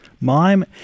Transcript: mime